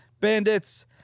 Bandits